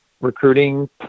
recruiting